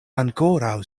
ankoraŭ